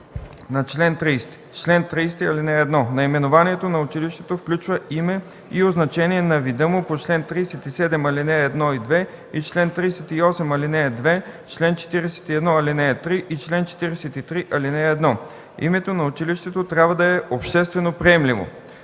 на чл. 30: „Чл. 30. (1) Наименованието на училището включва име и означение на вида му по чл. 37, ал. 1 и 2 и чл. 38, ал. 2, чл. 41, ал. 3 и чл. 43, ал. 1. Името на училището трябва да е обществено приемливо.